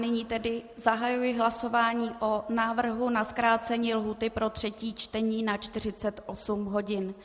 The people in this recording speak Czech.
Nyní tedy zahajuji hlasování o návrhu na zkrácení lhůty pro třetí čtení na 48 hodin.